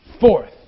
fourth